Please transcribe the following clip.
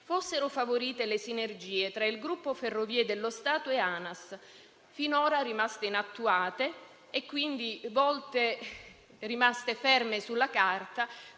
fossero favorite le sinergie tra il gruppo Ferrovie dello Stato e ANAS, finora rimaste inattuate e ferme sulla carta,